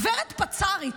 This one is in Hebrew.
גברת פצ"רית,